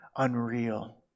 Unreal